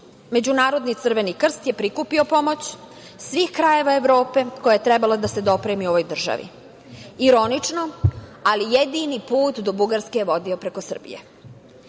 Međunarodni Crveni krst je prikupio pomoć iz svih krajeva Evropi, a koja je trebala da se dopremi ovoj državi. Ironično, ali jedini put do Bugarske je vodio preko Srbije